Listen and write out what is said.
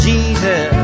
Jesus